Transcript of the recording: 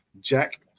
Jack